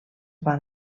van